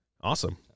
Awesome